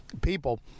people